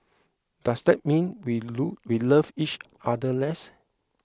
does that mean we we love each other less